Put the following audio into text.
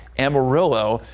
amarillo.